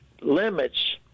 limits